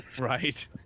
Right